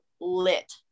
lit